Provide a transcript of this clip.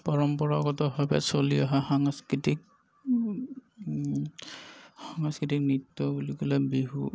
পৰম্পৰাগতভাৱে চলি অহা সাং স্কৃতিক সাংস্কৃতিক নৃত্য় বুলি ক'লে বিহু